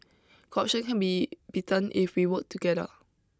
corruption can be beaten if we work together